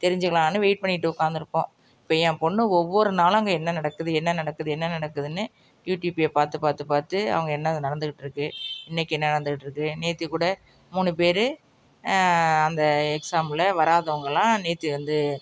தெரிஞ்சுக்கிலானு wait பண்ணிகிட்டு உக்காந்துருப்போம் இப்போ என் பொண்ணு ஒவ்வொரு நாளும் அங்கே என்ன நடக்குது என்ன நடக்குது என்ன நடக்குதுன்னு யூடியூப்பிலே பார்த்து பார்த்து பார்த்து அவங்க என்னது நடந்துக்கிட்டிருக்கு இன்றைக்கி என்ன நடந்துக்கிட்டிருக்கு நேற்று கூட மூணு பேர் அந்த எக்ஸாமில் வராதவங்களாம் நேற்று வந்து